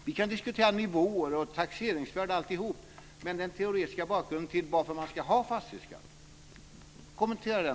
Vi kan diskutera nivåer, taxeringsvärden och alltihop, men kommentera någon gång den teoretiska bakgrunden till varför man ska ha fastighetsskatt.